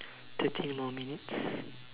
thirteen more minutes